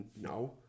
no